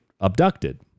abducted